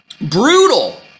brutal